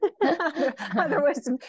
Otherwise